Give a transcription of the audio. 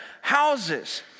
houses